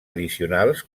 addicionals